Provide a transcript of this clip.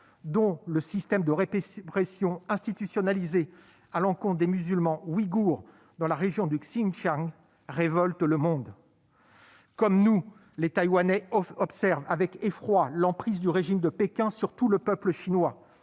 dont le « système de répression institutionnalisé » à l'encontre des musulmans ouïghours dans la région du Xinjiang révolte le monde. Comme nous, les Taïwanais observent avec effroi l'emprise du régime de Pékin sur tout le peuple chinois